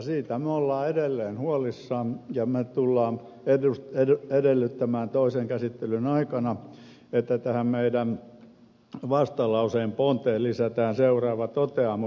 siitä me olemme edelleen huolissamme ja me tulemme edellyttämään toisen käsittelyn aikana että tähän meidän vastalauseemme ponteen lisätään seuraava toteamus